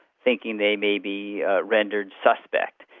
thinking they may be rendered suspect.